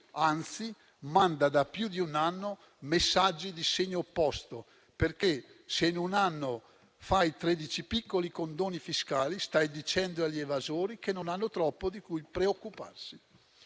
anzi, manda da più di un anno messaggi di segno opposto, perché se in un anno fai tredici piccoli condoni fiscali, stai dicendo agli evasori che non hanno troppo di cui preoccuparsi.